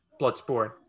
Bloodsport